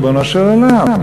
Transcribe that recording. ריבונו של עולם.